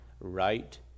right